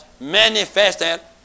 manifested